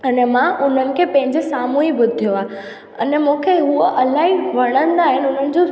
अने मां उन्हनि खे पंहिंजे साम्हूं ई ॿुधियो आहे अने मूंखे उहे इलाही वणंदा आहिनि उन्हनि जो